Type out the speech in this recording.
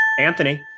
anthony